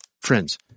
Friends